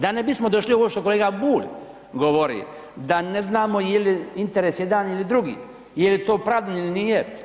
Da ne bismo došli ovo što kolega Bulj govori da ne znamo jeli interes jedan ili drugi, jeli to opravdano ili nije.